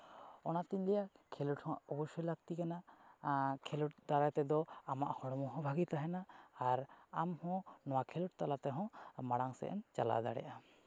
ᱚᱱᱟᱛᱤᱧ ᱞᱟᱹᱭᱟ ᱠᱷᱮᱞᱳᱰ ᱦᱚᱸ ᱚᱵᱚᱥᱥᱳᱭ ᱞᱟᱹᱠᱛᱤ ᱠᱟᱱᱟ ᱠᱷᱮᱞᱳᱰ ᱫᱟᱨᱟᱭ ᱛᱮᱫᱚ ᱟᱢᱟᱜ ᱦᱚᱲᱢᱚ ᱦᱚᱸ ᱵᱷᱟᱹᱜᱤ ᱛᱟᱦᱮᱱᱟ ᱟᱨ ᱟᱢ ᱦᱚᱸ ᱱᱚᱣᱟ ᱠᱷᱮᱞᱳᱰ ᱛᱟᱞᱟ ᱛᱮᱦᱚᱸ ᱢᱟᱲᱟᱝ ᱥᱮᱫ ᱮᱢ ᱪᱟᱞᱟᱣ ᱫᱟᱲᱮᱭᱟᱜᱼᱟ